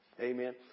Amen